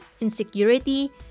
insecurity